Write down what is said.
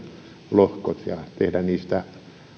lohkot ja tehdä niistä